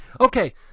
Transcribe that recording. Okay